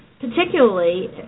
Particularly